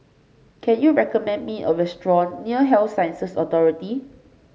can you recommend me a restaurant near Health Sciences Authority